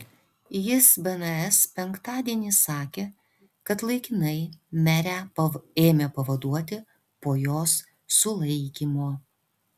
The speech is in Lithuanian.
jis bns penktadienį sakė kad laikinai merę ėmė pavaduoti po jos sulaikymo